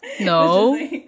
no